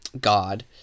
God